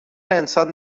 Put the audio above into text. انسان